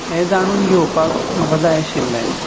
हें जाणून घेवपाक म्हाका जाय आशिल्लें